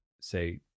say